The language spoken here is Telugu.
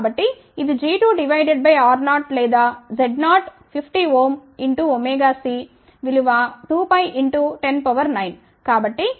కాబట్టి ఇది g2 డివైడెడ్ బై R0 లేదాZ0 50 ఓం x cవిలువ2π x 109